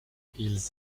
ils